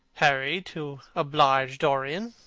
harry, to oblige dorian,